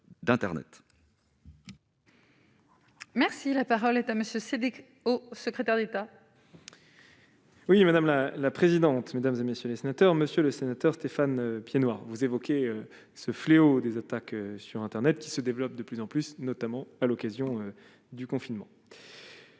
Merci, la parole est à monsieur Cédric au secrétaire d'État. Oui, madame la la présidente, mesdames et messieurs les sénateurs, monsieur le sénateur Stéphane Piednoir, vous évoquez ce fléau des attaques sur internet qui se développe de plus en plus, notamment à l'occasion du confinement.